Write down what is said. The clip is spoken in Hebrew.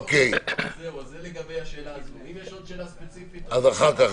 אם יש עוד שאלה ספציפית --- אחר כך,